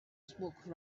smoke